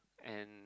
and